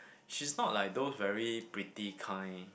she's not like those very pretty kind